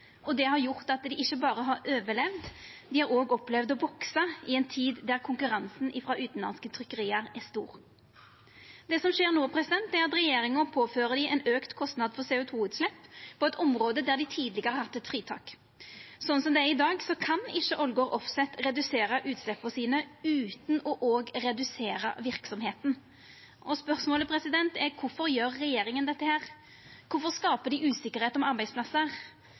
konkurransemessig. Det har gjort at dei ikkje berre har overlevd; dei har òg opplevd å veksa i ei tid der konkurransen frå utanlandske trykkeri er stor. Det som skjer no, er at regjeringa påfører dei ein auka kostnad på CO 2 -utslepp på eit område der dei tidlegare har hatt eit fritak. Slik det er i dag, kan ikkje Ålgård Offset redusera utsleppa sine utan òg å redusera verksemda. Spørsmålet er: Kvifor gjer regjeringa dette? Kvifor skaper dei usikkerheit om arbeidsplassar?